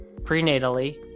prenatally